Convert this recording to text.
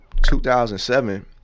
2007